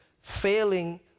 failing